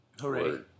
Hooray